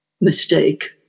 Mistake